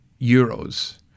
euros